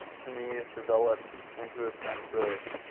to me it developed into a sense of